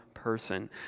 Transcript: person